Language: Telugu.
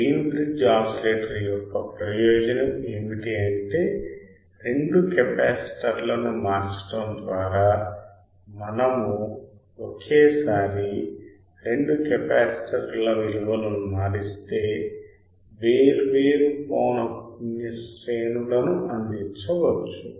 వీన్ బ్రిడ్జ్ ఆసిలేటర్ యొక్క ప్రయోజనం ఏమిటంటే రెండు కెపాసిటర్లను మార్చడం ద్వారా మనము ఒకేసారి రెండు కెపాసిటర్ల విలువలను మారిస్తే వేర్వేరు పౌనఃపున్య శ్రేణులను అందించవచ్చు